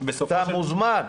אתה מוזמן.